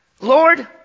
Lord